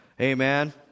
Amen